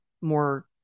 more